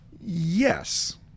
Yes